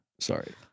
Sorry